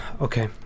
Okay